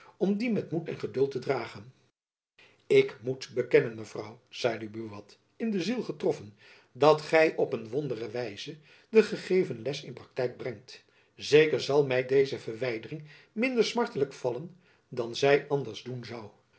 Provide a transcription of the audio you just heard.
om die met moed en geduld te dragen ik moet bekennen mevrouw zeide buat in de ziel getroffen dat gy op een wondere wijze de u gegeven les in praktijk brengt zeker zal my deze verwijdering minder smartelijk vallen dan zy jacob van lennep elizabeth musch anders doen zoû